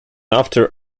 after